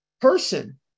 person